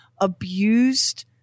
abused